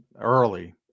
Early